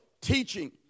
teaching